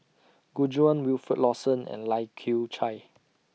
Gu Juan Wilfed Lawson and Lai Kew Chai